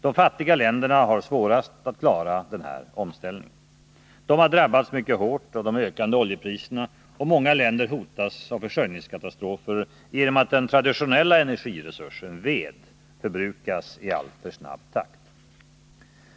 De fattiga länderna har svårast att klara denna omställning. De har drabbats mycket hårt av de ökande oljepriserna, och många länder hotas av försörjningskatastrofer genom att den traditionella energiresursen, ved, förbrukas i alltför snabb takt.